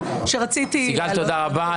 סיגל, תודה רבה.